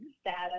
status